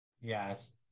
yes